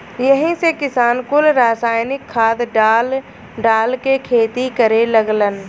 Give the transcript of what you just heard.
यही से किसान कुल रासायनिक खाद डाल डाल के खेती करे लगलन